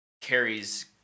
carries